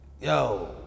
yo